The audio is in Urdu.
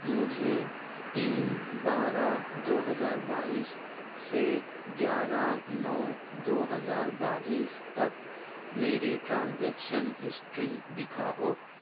مجھے تین بارہ دو ہزار بائیس سے گیارہ نو دو ہزار بائیس تک میری ٹرانزیکشن ہسٹری دکھاؤ